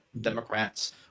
Democrats